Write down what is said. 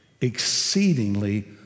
exceedingly